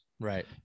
right